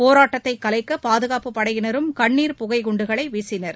போராட்டத்தை கலைக்க பாதுகாப்புப் படையினரும் கண்ணீர் புகை குண்டுகளை வீசினர்